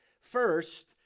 First